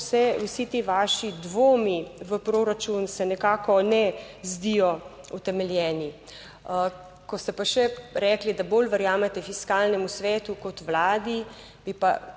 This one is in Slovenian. se vsi ti vaši dvomi v proračun se nekako ne zdijo utemeljeni. Ko ste pa še rekli, da bolj verjamete Fiskalnemu svetu kot Vladi, bi pa